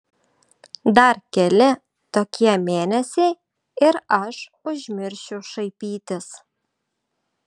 dar keli tokie mėnesiai ir aš užmiršiu šaipytis